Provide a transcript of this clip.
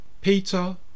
Peter